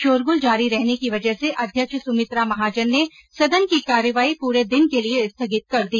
शोरगुल जारी रहने की वजह से अध्यक्ष सुमित्रा महाजन ने सदन की कार्यवाही पूरे दिन के लिए स्थगित कर दी